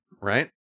right